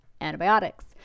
Antibiotics